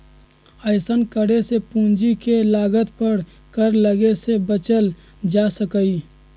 अइसन्न करे से पूंजी के लागत पर कर लग्गे से बच्चल जा सकइय